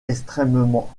extrêmement